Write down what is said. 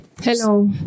Hello